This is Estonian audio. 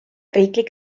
riiklik